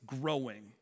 growing